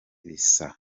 risa